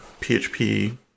PHP